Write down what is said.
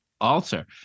alter